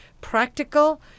practical